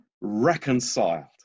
reconciled